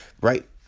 Right